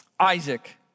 Isaac